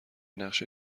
نقش